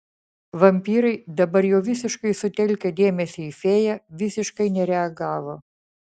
vampyrai dabar jau visiškai sutelkę dėmesį į fėją visiškai nereagavo